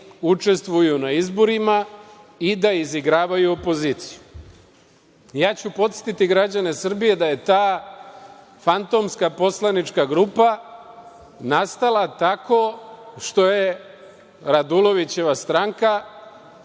učestvuju na izborima i da izigravaju opoziciju. Podsetiću građane Srbije da je ta fantomska poslanička grupa nastala tako što je Radulovićeva stranka